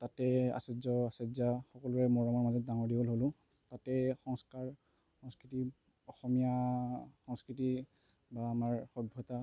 তাতে আচাৰ্য আচাৰ্যা সকলোৰে মৰমৰ মাজত ডাঙৰ দীঘল হ'লোঁ তাতেই সংস্কাৰ সংস্কৃতি অসমীয়া সংস্কৃতি বা আমাৰ সভ্যতা